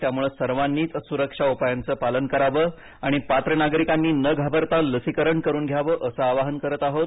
त्यामुळे सर्वांनीच सुरक्षा उपायांचं पालन करावं आणि पात्र नागरिकांनी न घाबरता लसीकरण करून घ्यावं असं आवाहन करत आहोत